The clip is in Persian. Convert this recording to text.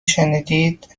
شنیدید